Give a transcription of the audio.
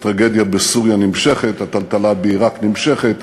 הטרגדיה בסוריה נמשכת, הטלטלה בעיראק נמשכת,